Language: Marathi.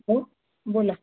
हो बोला